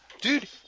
Dude